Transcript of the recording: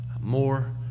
more